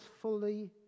fully